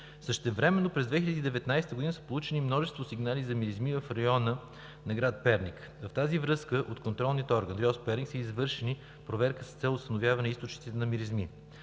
Същевременно през 2019 г. са получени множество сигнали за миризми в района на град Перник. В тази връзка от контролния орган РИОСВ – Перник, са извършени проверки с цел установяване източниците на миризми.